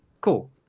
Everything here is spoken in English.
cool